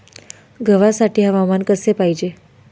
गव्हासाठी हवामान कसे पाहिजे?